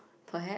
perhaps